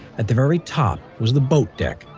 at the very top was the boat deck,